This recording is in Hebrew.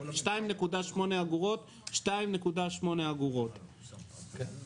אז אני אגיד,